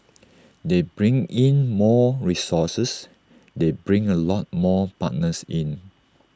they bring in more resources they bring A lot more partners in